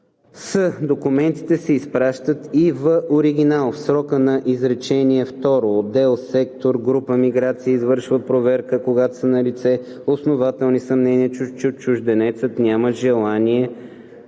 с документите се изпращат и в оригинал. В срока по изречение второ отдел/сектор/група „Миграция“ извършва проверка, когато са налице основателни съмнения, че чужденецът няма да